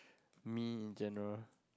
me in general